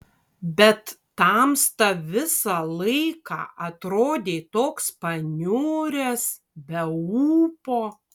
bet tamsta visą laiką atrodei toks paniuręs be ūpo